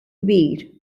kbir